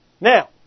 Now